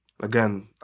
Again